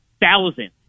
thousands